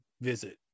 visit